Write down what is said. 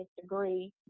degree